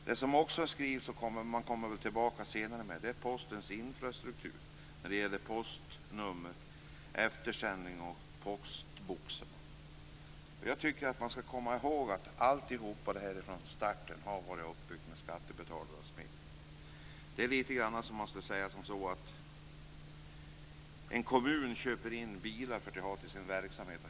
Det talas också här om Postens infrastruktur, och detta återkommer man väl senare till. Det gäller då postnummer, eftersändning och postboxar. Vi skall komma ihåg att allt detta från starten har byggts upp med hjälp av skattebetalarnas medel. Det är ungefär som att säga att en kommun köper in bilar för att ha i sin verksamhet.